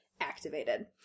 activated